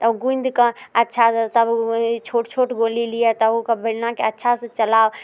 तब गुँथि कऽ अच्छा से तब छोट छोट गोली लिअ तब ओकर बेलनाके अच्छा से चलाउ